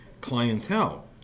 clientele